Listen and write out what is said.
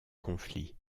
conflit